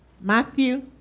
Matthew